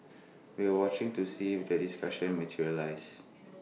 we'll watching to see if this discussion materializes